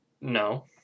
No